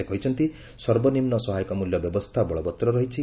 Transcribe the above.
ସେ କହିଛନ୍ତି ସର୍ବନିମ୍ନ ସହାୟକ ମୂଲ୍ୟ ବ୍ୟବସ୍ଥା ବଳବତ୍ତର ରହିଛି